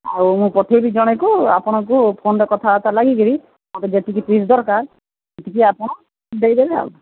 ଆଉ ମୁଁ ପଠାଇବି ଜଣକୁ ଆପଣଙ୍କୁ ଫୋନ୍ରେ କଥାବାର୍ତ୍ତା ଲାଗିକିରି ମୋତେ ଯେତିକି ପିସ୍ ଦରକାର ଟିକେ ଆପଣ ଦେଇଦେବେ ଆଉ